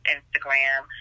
Instagram